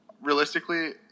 realistically